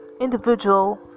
individual